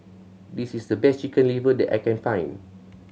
this is the best Chicken Liver that I can find